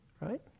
Right